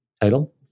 title